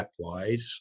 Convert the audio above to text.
stepwise